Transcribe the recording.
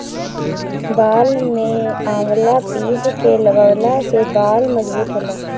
बाल में आवंला पीस के लगवला से बाल मजबूत होला